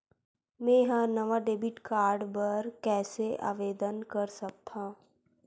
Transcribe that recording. मेंहा नवा debit card बर कैसे आवेदन कर सकथव?